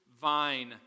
vine